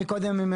אוקיי.